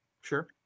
sure